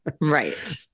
Right